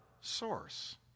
source